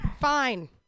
Fine